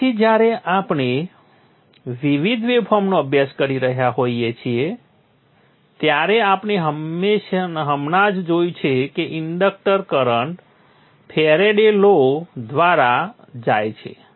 તેથી જ્યારે આપણે વિવિધ વેવફોર્મનો અભ્યાસ કરી રહ્યા હોઈએ છીએ ત્યારે આપણે હમણાં જ જોયું છે કે inductor current Faraday law Faraday's law દ્વારા જાય છે